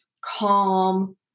calm